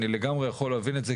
אני לגמרי יכול להבין את זה,